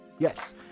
Yes